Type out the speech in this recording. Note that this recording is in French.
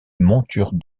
monture